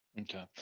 Okay